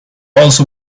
also